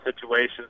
situations